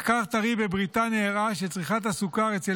מחקר טרי בבריטניה הראה שצריכת הסוכר אצל